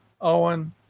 owen